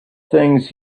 things